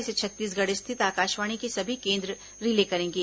इसे छत्तीसगढ़ स्थित आकाशवाणी के सभी केंद्र रिले करेंगे